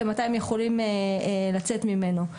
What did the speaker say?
ומתי הם יכולים לצאת ממנו.